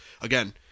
again